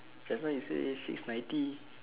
just now you say it's six ninety